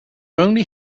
only